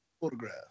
photograph